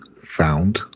found